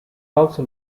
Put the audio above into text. also